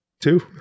Two